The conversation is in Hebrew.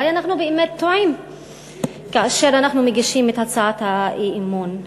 אולי אנחנו באמת טועים כאשר אנחנו מגישים את הצעת האי-אמון.